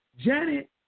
Janet